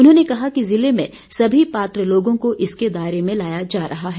उन्होंने कहा कि जिले में सभी पात्र लोगों को इसके दायरे में लाया जा रहा है